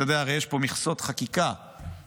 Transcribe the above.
אתה יודע, הרי יש פה מכסות חקיקה לסיעות,